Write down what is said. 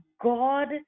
God